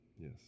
Yes